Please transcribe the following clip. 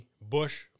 Bush